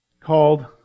called